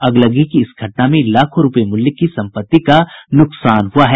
अगलगी की इस घटना में लाखों रूपये मूल्य की सम्पत्ति का नुकासान हुआ है